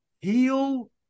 Heal